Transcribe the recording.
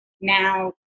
Now